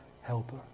helper